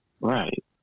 Right